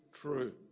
true